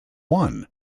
won